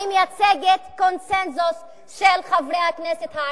אני מייצגת קונסנזוס של חברי הכנסת הערבים.